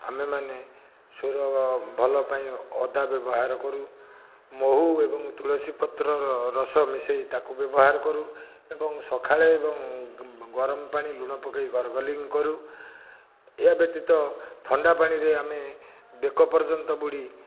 ଆମେମାନେ ସ୍ୱର ଭଲ ପାଇଁ ଅଦା ବ୍ୟବହାର କରୁ ମହୁ ଏବଂ ତୁଳସୀ ପତ୍ରର ରସ ମିଶାଇ ତାକୁ ବ୍ୟବହାର କରୁ ଏବଂ ସକାଳେ ଏବଂ ଗରମ ପାଣି ଲୁଣ ପକାଇ ଗାର୍ଗଲିଂ କରୁ ୟା ବ୍ୟତୀତ ଥଣ୍ଡାପାଣିରେ ଆମେ ବେକ ପର୍ଯ୍ୟନ୍ତ ବୁଡ଼ି